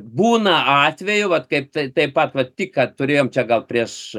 būna atvejų vat kaip tai taip pat va tik ką turėjom čia gal prieš